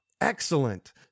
Excellent